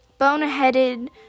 Boneheaded